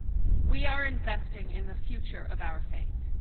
we are investing in the future of our faith.